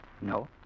No